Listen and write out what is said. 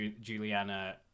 Juliana